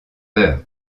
peur